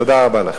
תודה רבה לכם.